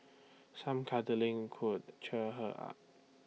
some cuddling could cheer her up